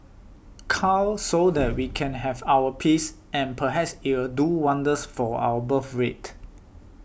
cull so that we can have our peace and perhaps it'll do wonders for our birthrate